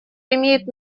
имеет